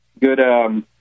good